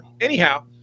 Anyhow